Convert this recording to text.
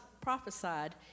prophesied